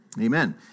Amen